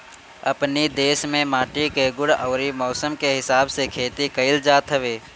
अपनी देस में माटी के गुण अउरी मौसम के हिसाब से खेती कइल जात हवे